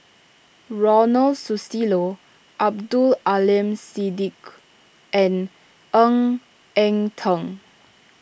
Ronald Susilo Abdul Aleem Siddique and Ng Eng Teng